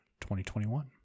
2021